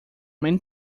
many